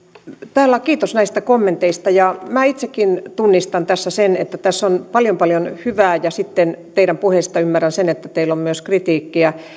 kiitos näistä kommenteista ja minä itsekin tunnistan tässä sen että tässä on paljon paljon hyvää ja sitten teidän puheistanne ymmärrän että teillä on myös kritiikkiä